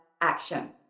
action